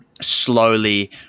slowly